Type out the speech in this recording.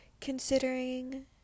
considering